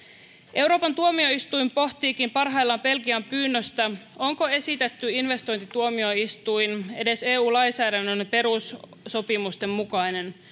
euroopan tuomioistuin pohtiikin parhaillaan belgian pyynnöstä onko esitetty investointituomioistuin edes eu lainsäädännön perussopimusten mukainen